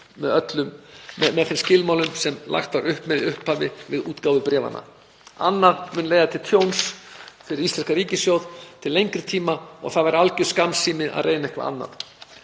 verði virt með þeim skilmálum sem lagt var upp með í upphafi við útgáfu bréfanna. Annað mun leiða til tjóns fyrir íslenskan ríkissjóð til lengri tíma. Það væri alger skammsýni að reyna eitthvað annað.